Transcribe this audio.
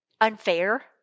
unfair